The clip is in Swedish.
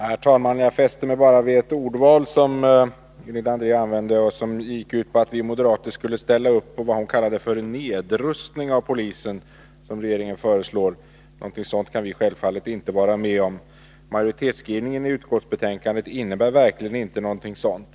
Herr talman! Jag fäste mig vid ett ordval i Gunilla Andrés anförande, innebärande att vi skulle ställa oss bakom vad hon kallade den nedrustning av polisen som regeringen föreslår. Någonting sådant kan vi självfallet inte vara med på, och majoritetsskrivningen i betänkandet innebär verkligen inte heller något sådant.